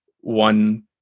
one